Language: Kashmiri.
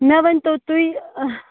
مےٚ ؤنۍتو تُہۍ